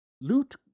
loot